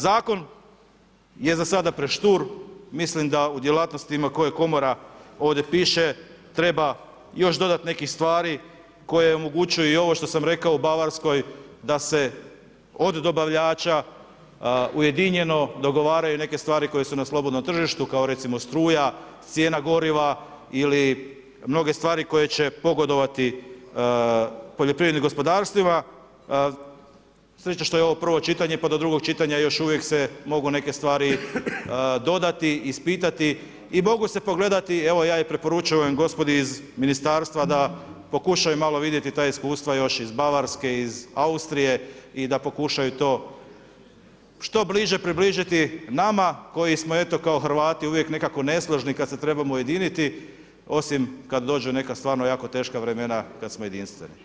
Zakon je za sada preštur, mislim da u djelatnostima koje komora ovdje piše treba još dodat nekih stvari koje omogućuju i ovo što sam rekao u Bavarskoj da se od dobavljača ujedinjeno dogovaraju neke stvari koje su na slobodnom tržištu kao recimo struja, cijena goriva ili mnoge stvari koje će pogodovati poljoprivrednim gospodarstvima, sreća što je ovo prvo čitanje pa do drugog čitanja još uvijek se mogu neke stvari dodati, ispitati i mogu se pogledati, evo ja i preporučujem gospodi iz ministarstva da pokušaju malo vidjeti ta iskustva još iz Bavarske, iz Austrije i da pokušaju to što bliže približiti nama koji smo eto kao Hrvati uvijek nekako nesložni kad se trebamo ujediniti, osim kad dođe neka stvarno jako teška vremena kad smo jedinstveni.